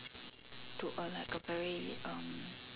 to a like a Perry erm